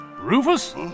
Rufus